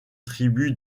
tribus